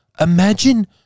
imagine